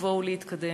לבוא ולהתקדם.